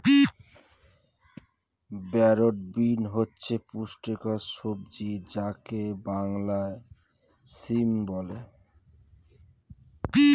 broad bean হচ্ছে পুষ্টিকর সবজি যাকে বাংলায় সিম বলে